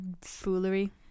foolery